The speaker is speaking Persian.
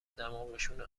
دماغشونو